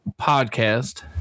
podcast